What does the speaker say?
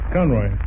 Conroy